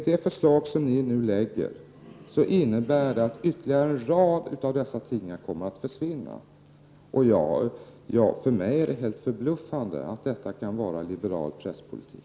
Det förslag som ni nu lägger fram innebär att ytterligare en rad av dessa tidningar kommer att försvinna. För mig är det helt förbluffande att detta kan vara liberal presspolitik.